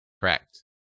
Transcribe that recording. correct